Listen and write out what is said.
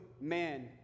man